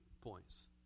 points